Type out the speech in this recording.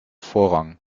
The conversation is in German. vorrang